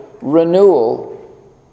renewal